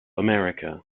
america